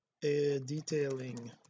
detailing